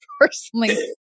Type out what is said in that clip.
personally